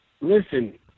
Listen